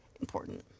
Important